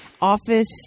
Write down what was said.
office